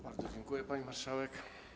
Bardzo dziękuję, pani marszałek.